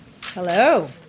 Hello